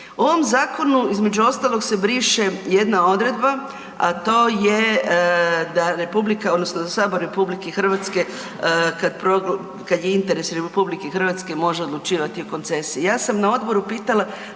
U ovom zakonu, između ostalog se briše jedna odredba, a to je da republika, odnosno Sabor RH kad je interes RH može odlučivati o koncesiji. Ja sam na odboru pitala